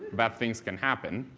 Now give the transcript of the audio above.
bad things can happen